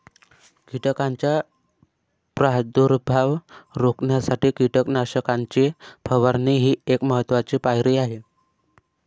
कीटकांचा प्रादुर्भाव रोखण्यासाठी कीटकनाशकांची फवारणी ही एक महत्त्वाची पायरी आहे